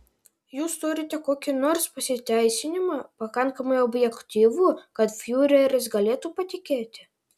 jūs turite kokį nors pasiteisinimą pakankamai objektyvų kad fiureris galėtų patikėti